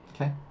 Okay